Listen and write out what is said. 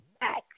back